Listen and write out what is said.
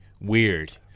weird